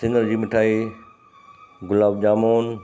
सिङर जी मिठाई गुलाब जामुन